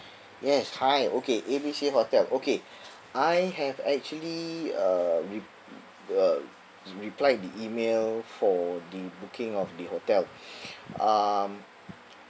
yes hi okay A B C hotel okay I have actually uh re~ uh replied the email for the booking of the hotel um